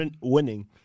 winning